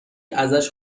ازش